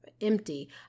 empty